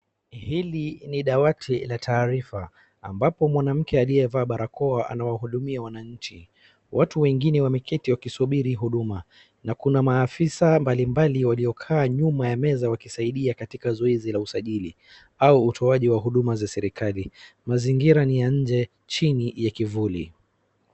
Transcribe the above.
Hili ni dawati la taarifa ambapo mwanamke aliyevaa barakoa anawahudumia wananchi. Watu wengine wameketi wakisubiri huduma na kuna maafisa mbalimbali waliokaa nyuma ya meza wakisaidia katika zoezi la usajili au utoaji wa huduma za serikali. Mazingira ni ya nje, chini ya kivuli.